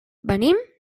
venim